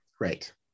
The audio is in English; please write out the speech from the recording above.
Right